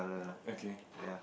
okay